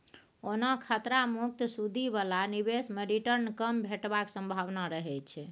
ओना खतरा मुक्त सुदि बला निबेश मे रिटर्न कम भेटबाक संभाबना रहय छै